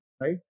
right